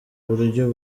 buryo